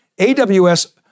AWS